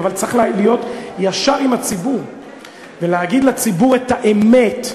אבל צריך להיות ישר עם הציבור ולהגיד לציבור את האמת,